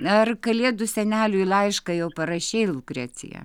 ar kalėdų seneliui laišką jau parašei lukrecija